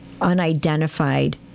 unidentified